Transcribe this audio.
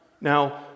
Now